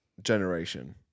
generation